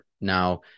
now